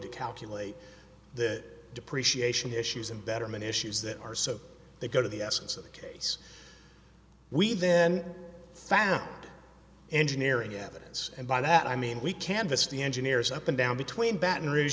to calculate the depreciation issues and betterman issues that are so they go to the essence of the case we then found engineering evidence and by that i mean we canvassed the engineers up and down between baton rouge